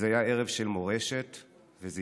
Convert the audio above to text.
זה היה ערב של מורשת וזיכרון.